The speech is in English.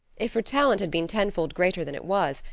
if her talent had been ten-fold greater than it was,